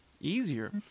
easier